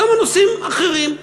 כמה נושאים אחרים,